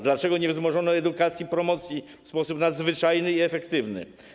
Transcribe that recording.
Dlaczego nie wzmożono edukacji, promocji w sposób nadzwyczajny i efektywny?